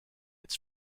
its